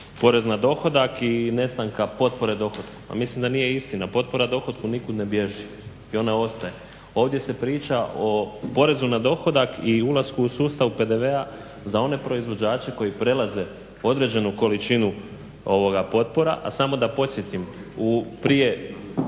porez na dohodak i nestanka potpore dohotku. Pa mislim da nije istina, potpora dohotku niku ne bježi i ona ostaje. Ovdje se priča o porezu na dohodak i ulasku u sustav PDV-a za one proizvođače koji prelaze određenu količinu potpora. A samo da posjetim, u prije,